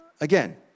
again